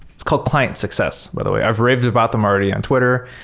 it's called client success, by the way. i've raved about them already on twitter.